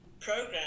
program